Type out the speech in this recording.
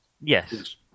Yes